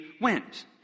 went